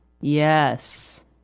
Yes